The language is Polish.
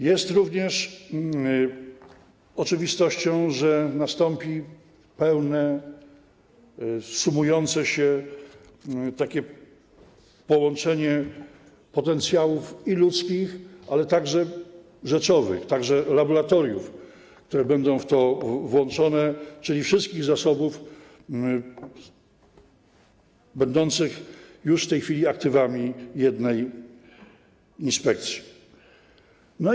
Jest również oczywistością, że nastąpi pełne, sumujące się połączenie potencjałów ludzkich, ale także rzeczowych i laboratoriów, które będą w to włączone, czyli wszystkich zasobów będących już w tej chwili aktywami jednej inspekcji.